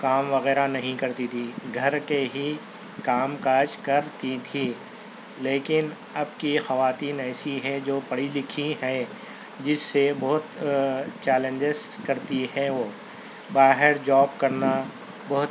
کام وغیرہ نہیں کرتی تھی گھر کے ہی کام کاج کرتی تھی لیکن اب کی خواتین ایسی ہے جو پڑھی لکھی ہیں جس سے بہت چیلنجز کرتی ہیں وہ باہر جاب کرنا بہت